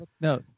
no